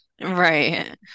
Right